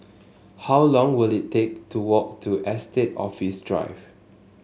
how long will it take to walk to Estate Office Drive